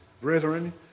brethren